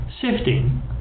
sifting